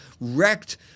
wrecked